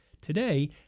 Today